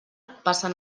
passen